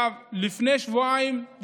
לפני שבועיים,